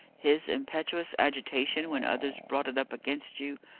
his impetuous agitation when others brought it up against you,